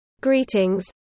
Greetings